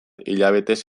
hilabetez